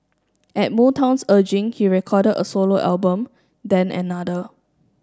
at Motown's urging he recorded a solo album then another